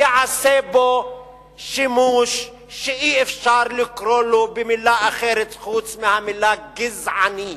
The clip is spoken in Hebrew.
ייעשה בו שימוש שאי-אפשר לקרוא לו במלה אחרת חוץ מהמלה "גזעני",